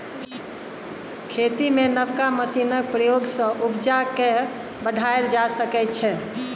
खेती मे नबका मशीनक प्रयोग सँ उपजा केँ बढ़ाएल जा सकै छै